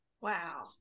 Wow